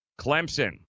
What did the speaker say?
Clemson